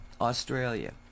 Australia